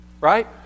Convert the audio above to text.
right